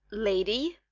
lady,